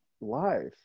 life